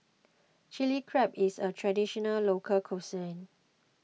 Chili Crab is a Traditional Local Cuisine